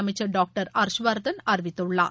அமைச்சர் டாக்டர் ஹர்ஷ்வர்தன் அறிவித்துள்ளார்